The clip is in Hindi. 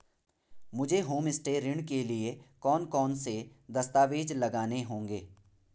मुझे होमस्टे ऋण के लिए कौन कौनसे दस्तावेज़ लगाने होंगे?